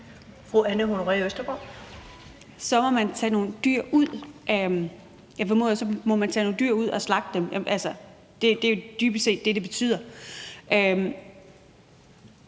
så må tage nogle dyr ud og slagte dem. Det er jo dybest set det, det betyder.